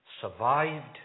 survived